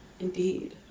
Indeed